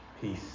peace